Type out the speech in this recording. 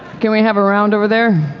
can we have a round over there?